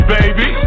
baby